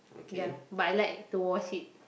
ya but I like to wash it